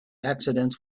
accidents